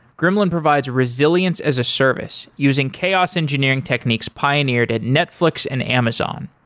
gremlin provides resilience as a service using chaos engineering techniques pioneered at netflix and amazon.